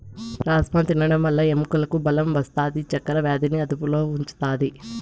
రాజ్మ తినడం వల్ల ఎముకలకు బలం వస్తాది, చక్కర వ్యాధిని అదుపులో ఉంచుతాది